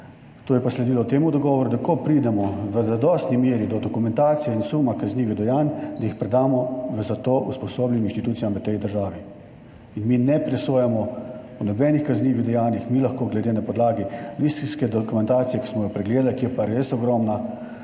To je pa sledilo temu dogovoru, da ko pridemo v zadostni meri do dokumentacije in suma kaznivih dejanj, jih predamo za to usposobljenim inštitucijam v tej državi. In mi ne presojamo o nobenih kaznivih dejanjih, mi lahko na podlagi listinske dokumentacije, ki smo jo pregledali, ki je pa res ogromna,